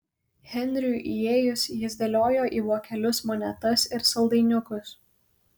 henriui įėjus jis dėliojo į vokelius monetas ir saldainiukus